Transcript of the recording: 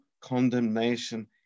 condemnation